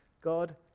God